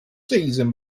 season